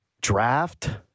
draft